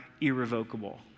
irrevocable